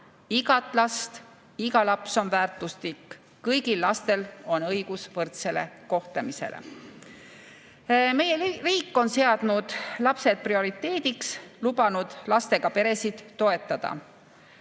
Igat last. Iga laps on väärtuslik, kõigil lastel on õigus võrdsele kohtlemisele. Meie riik on seadnud lapsed prioriteediks, lubanud lastega peresid toetada.